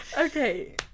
Okay